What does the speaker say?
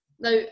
Now